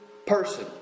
Person